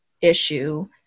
issue